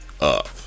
up